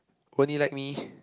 only like me